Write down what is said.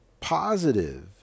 Positive